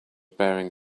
bearing